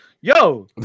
Yo